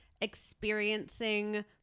experiencing